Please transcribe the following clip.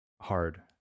hard